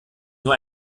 nur